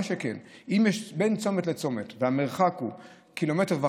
מה שכן, בין צומת לצומת, כשהמרחק הוא 1.5 ק"מ,